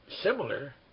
similar